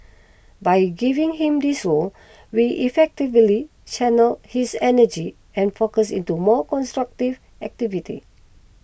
by giving him this role we effectively channelled his energy and focus into more constructive activities